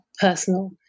personal